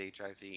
HIV